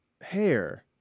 hair